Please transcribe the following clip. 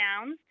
downs